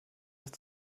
ist